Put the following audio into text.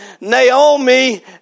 Naomi